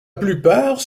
plupart